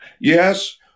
Yes